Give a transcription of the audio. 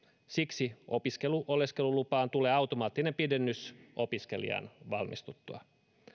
siksi opiskeluoleskelulupaan tulee automaattinen pidennys opiskelijan valmistuttua